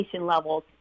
levels